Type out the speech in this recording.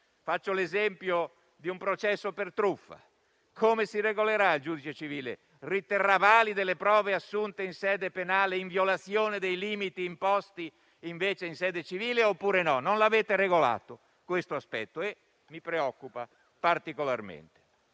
Faccio l'esempio di un processo per truffa. Il giudice riterrà valide le prove assunte in sede penale in violazione dei limiti imposti invece in sede civile oppure no? Non avete regolato questo aspetto e mi preoccupa particolarmente.